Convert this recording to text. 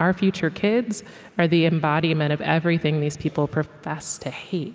our future kids are the embodiment of everything these people profess to hate.